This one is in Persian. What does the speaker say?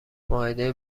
مائده